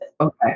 Okay